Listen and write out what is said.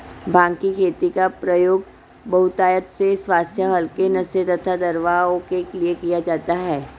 भांग की खेती का प्रयोग बहुतायत से स्वास्थ्य हल्के नशे तथा दवाओं के लिए किया जाता है